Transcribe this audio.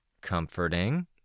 Comforting